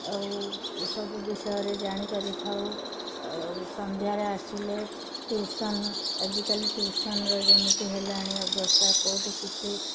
ଆଉ ସବୁ ବିଷୟରେ ଜାଣିପାରି ଥାଉ ଆଉ ସନ୍ଧ୍ୟାରେ ଆସିଲେ ଟିଉସନ୍ ଆଜିକାଲି ଟିଉସନ୍ ରେ ଯେମିତି ହେଲାଣି ଅବସ୍ଥା କେଉଁଠି କିଛି